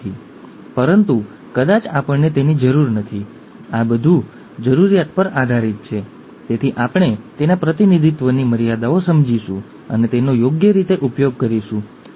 વાદળી રંગની આંખો એ એક લક્ષણ છે બ્રાઉન રંગની આંખો એ બીજું લક્ષણ છે વગેરે વગેરે